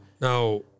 Now